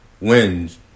wins